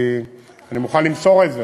אני מוכן למסור את זה.